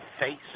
faces